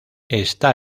está